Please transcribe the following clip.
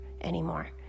anymore